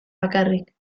bakarrik